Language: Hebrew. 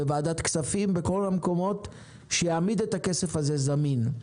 בוועדת כספים ובכל המקומות שיעמיד את הכסף הזה זמין.